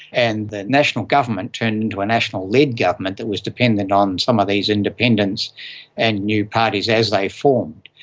and the national government turned into a national led government that was dependent on some of these independents and new parties as they formed.